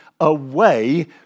away